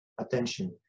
attention